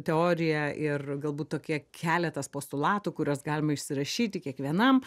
teorija ir galbūt tokie keletas postulatų kuriuos galima išsirašyti kiekvienam